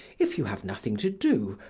if you have nothing to do,